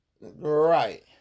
Right